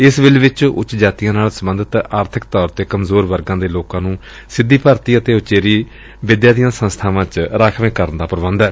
ਇਸ ਬਿੱਲ ਵਿਚ ਉੱਚ ਜਾਤੀਆਂ ਨਾਲ ਸਬੰਧਤ ਆਰਬਿਕ ਤੌਰ ਤੇ ਕਮਜ਼ੋਰ ਵਰਗਾਂ ਦੇ ਲੋਕਾਂ ਨੂੰ ਸਿੱਧੀ ਭਰਤੀ ਅਤੇ ਉਚੇਰੀ ਵਿਦਿਆ ਦੀਆਂ ਸੰਸਬਾਵਾਂ ਵਿਚ ਰਾਖਵੇਂਕਰਨ ਦਾ ਪ੍ਰਬੰਧ ਏ